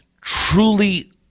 truly